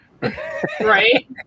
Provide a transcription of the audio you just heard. Right